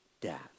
death